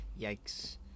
Yikes